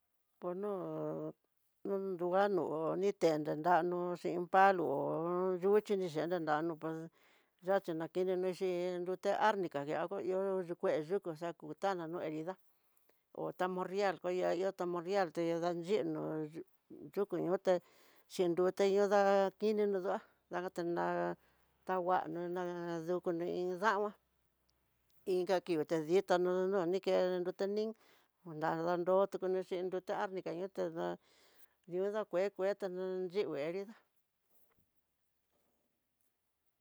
Kono no nruano no, no ni tenre nrano xhin iin palo hó yuxhi ni xhenre nranro yaxhi na kenre nrixhii, nrute arnica ako ihó kue yukú xana no herida hó tamonrial, ko ihá ihó tamonrial teñada yidnó yu yuku nioté, chirute yo'o da'a, kininó du'á dakatená tanguano ndá nrukuno iin dama, inka kio ti ditá no nonike nrutenin, kudananró tukono xhín nrute arnika ñoo te da'a di'ó no kue kue té ningue erida.